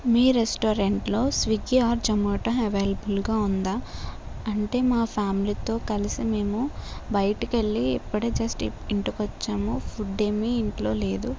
మీ రెస్టారెంట్లో Swiggy or Zomato అవైలబుల్గా ఉందా అంటే మా ఫ్యామిలీతో కలిసి మేము బయటకెళ్ళి ఇప్పుడే జస్ట్ ఇప్పుడే ఇంటికి వచ్చాము ఫుడ్ ఏమీ ఇంట్లో లేదు